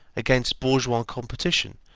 against bourgeois competition,